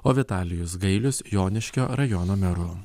o vitalijus gailius joniškio rajono meru